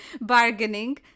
bargaining